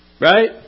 right